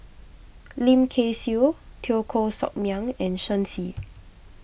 Lim Kay Siu Teo Koh Sock Miang and Shen Xi